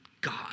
God